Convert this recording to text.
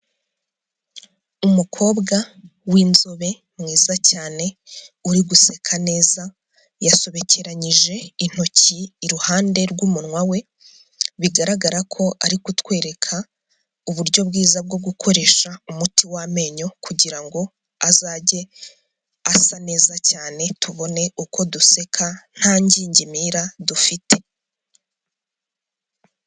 Umukobwa w'inzobe mwiza cyane uri guseka neza, yasobekeranyije intoki iruhande rw'umunwa we, bigaragara ko ari kutwereka uburyo bwiza bwo gukoresha umuti w'amenyo, kugira ngo azajye asa neza cyane tubone uko duseka nta ngingimira dufite.